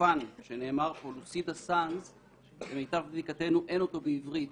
הגופן שנאמר פה, למיטב בדיקתנו אין אותו בעברית.